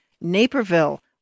Naperville